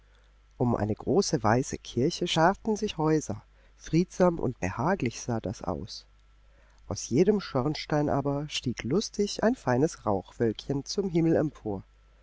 um ein große weiße kirche scharten sich die häuser friedsam und behaglich sah das aus aus jedem schornstein aber stieg lustig ein feines rauchwölkchen zum himmel empor